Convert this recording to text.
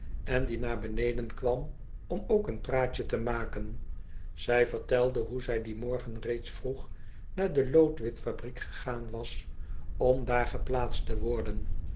en die naar beneden kwam om ook een praatje te maken zij vertelde hoe zij dien morgen reeds vroeg naar de loodwitfabriek gegaan was om daar geplaatst te worden